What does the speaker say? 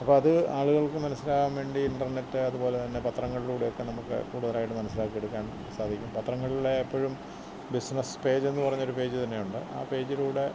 അപ്പം അത് ആളുകള്ക്ക് മനസ്സിലാകാന് വേണ്ടി ഇന്റെര്നെറ്റ് അതുപോലെ തന്നെ പത്രങ്ങളിലൂടെയൊക്കെ നമുക്ക് കൂടുതലായിട്ടും മനസ്സിലാക്കിയെടുക്കാന് സാധിക്കും പത്രങ്ങളിലെ എപ്പോഴും ബിസിനസ് പേജെന്ന് പറഞ്ഞൊരു പേജ് തന്നെയുണ്ട് ആ പേജിലൂടെ